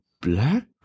black